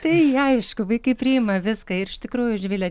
tai aišku vaikai priima viską ir iš tikrųjų živile